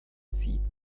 zieht